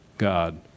God